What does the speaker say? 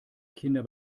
kinder